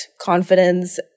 confidence –